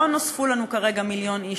לא נוספו לנו כרגע מיליון איש,